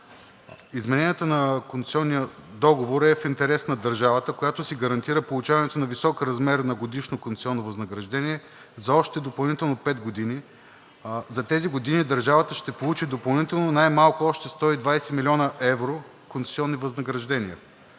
Измененията на концесионния договор е в интерес на държавата, която си гарантира получаването на висок размер на годишно концесионно възнаграждение за още допълнително пет години. За тези години държавата ще получи допълнително най-малко още 120 млн. евро концесионни възнаграждения.